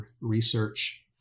research